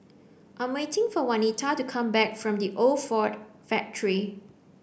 I'm waiting for Wanita to come back from The Old Ford Factory